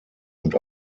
und